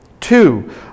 Two